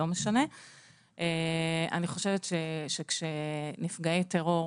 אני חושבת שכאשר נפגעי טרור,